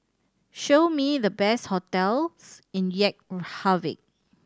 show me the best hotels in Reykjavik